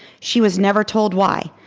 she was never told why.